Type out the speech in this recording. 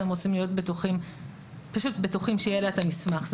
והם רוצים להיות בטוחים שיהיה לה את המסמך.